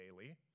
daily